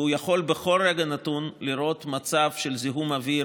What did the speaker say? והוא יכול בכל רגע נתון לראות את מצב זיהום האוויר,